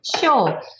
Sure